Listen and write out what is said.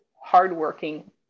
hardworking